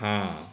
हँ